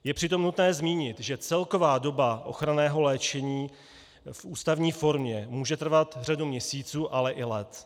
Je přitom nutné zmínit, že celková doba ochranného léčení v ústavní formě může trvat řadu měsíců, ale i let.